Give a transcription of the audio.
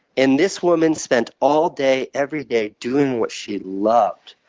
and this woman spent all day every day doing what she loved.